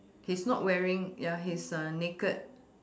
he's not wearing ya he's uh naked